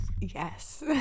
yes